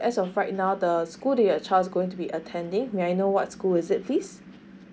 as of right now the school that your child is going to be attending may I know what school is it please